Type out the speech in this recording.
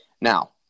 Now